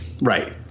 Right